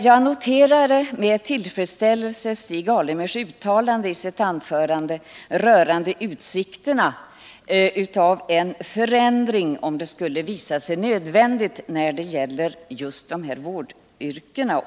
Jag noterar med tillfredsställelse Stig Alemyrs uttalande rörande utsikterna till en förändring i fråga om utbildningen till dessa vårdyrken om det skulle visa sig nödvändigt.